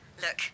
Look